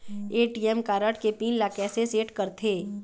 ATM card के pin ला कैसे सेट करथे?